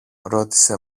ρώτησε